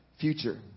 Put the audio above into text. future